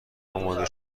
آماده